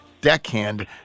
deckhand